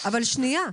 אבל שנייה,